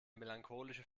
melancholische